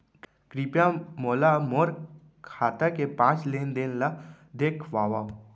कृपया मोला मोर खाता के पाँच लेन देन ला देखवाव